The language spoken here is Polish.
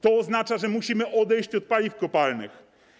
To oznacza, że musimy odejść od paliw kopalnych.